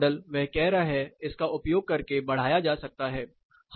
तो वही मॉडल वह कह रहा है इसका उपयोग करके बढ़ाया जा सकता है